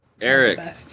Eric